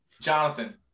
Jonathan